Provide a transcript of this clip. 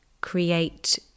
create